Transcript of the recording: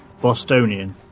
Bostonian